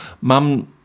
Mum